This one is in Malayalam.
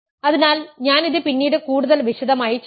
അതിനാൽ ഞാൻ ഇത് പിന്നീട് കൂടുതൽ വിശദമായി ചെയ്യാo